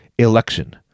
election